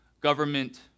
government